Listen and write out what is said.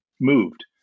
moved